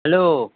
hello